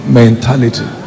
mentality